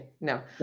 no